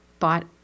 bought